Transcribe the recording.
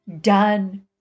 Done